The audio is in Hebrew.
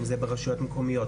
האם זה ברשויות המקומיות,